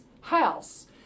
house